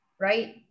right